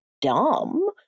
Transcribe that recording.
dumb